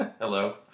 Hello